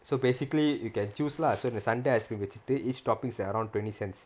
so basically you can choose lah so in the sundae ice cream வச்சுகிட்டு:vachukittu each topping is around twenty cents